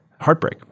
heartbreak